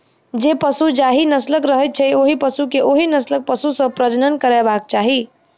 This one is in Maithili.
जे पशु जाहि नस्लक रहैत छै, ओहि पशु के ओहि नस्लक पशु सॅ प्रजनन करयबाक चाही